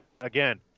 again